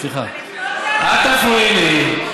סליחה, אל תפריעי לי.